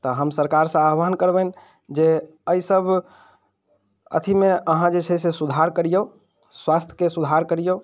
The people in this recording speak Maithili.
तऽ हम सरकारसँ आवाहन करबनि जे अइ सभ अथीमे अहाँ जे छै से सुधार करियौ स्वास्थके सुधार करियौ